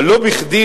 אבל לא בכדי,